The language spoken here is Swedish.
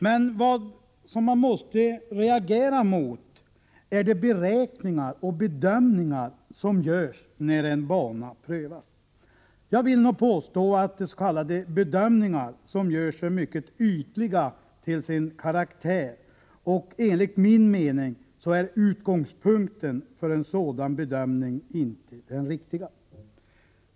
Men vad man måste reagera mot är de beräkningar och bedömningar som görs när en bana prövas. Jag vill påstå att de s.k. bedömningar som görs är mycket ytliga till sin karaktär. Enligt min mening är utgångspunkten för bedömningarna inte riktiga.